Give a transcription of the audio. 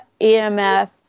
EMF